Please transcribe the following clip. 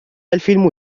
الفلم